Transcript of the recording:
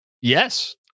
Yes